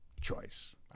choice